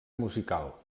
musical